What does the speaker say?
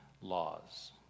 laws